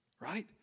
right